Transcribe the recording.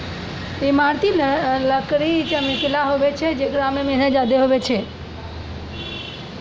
ईमारती लकड़ी चमकिला हुवै छै जेकरा मे मेहनत ज्यादा हुवै छै